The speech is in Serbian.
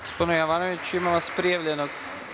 Gospodine Jovanoviću, imam vas prijavljenog.